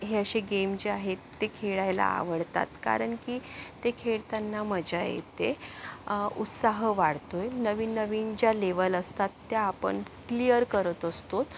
हे असे गेम जे आहेत ते खेळायला आवडतात कारण की ते खेळताना मजा येते उत्साह वाढतो आहे नवीन नवीन ज्या लेवल असतात त्या आपण क्लीअर करत असतो